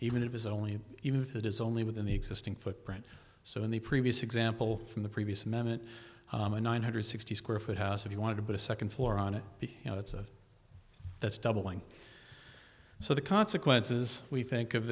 even it is only even if it is only within the existing footprint so in the previous example from the previous minute nine hundred sixty square foot house if you want to put a second floor on it you know it's a that's doubling so the consequences we think of